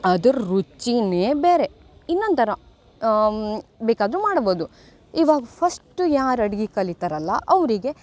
ಅದರ ರುಚಿನೇ ಬೇರೆ ಇನ್ನೊಂದು ಥರ ಬೇಕಾದರು ಮಾಡಬೋದು ಇವಾಗ ಫಸ್ಟು ಯಾರು ಅಡಿಗೆ ಕಲಿತಾರಲ್ಲ ಅವರಿಗೆ